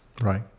Right